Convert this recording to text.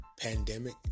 pandemic